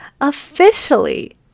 Officially